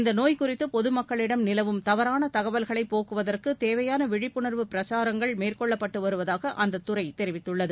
இந்த நோய் குறித்து பொதுமக்களிடம் நிலவும் தவறான தகவல்களை போக்குவதற்கு தேவையான விழிப்புணா்வு பிரசாரங்கள் மேற்கொள்ளப்பட்டு வருவதாக அந்த துறை தெரிவித்துள்ளது